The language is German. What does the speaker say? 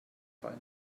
fall